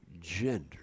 gender